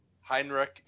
Heinrich